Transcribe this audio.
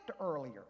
earlier